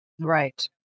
Right